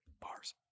bars